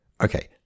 Okay